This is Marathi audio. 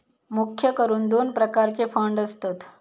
मुख्य करून दोन प्रकारचे फंड असतत